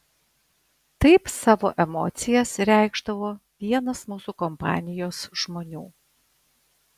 taip savo emocijas reikšdavo vienas mūsų kompanijos žmonių